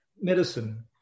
medicine